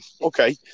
okay